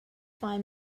find